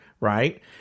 Right